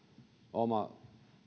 oma